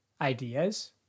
ideas